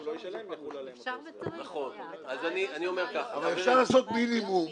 רגע, אני רוצה --- לא.